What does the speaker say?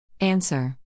Answer